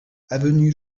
avenue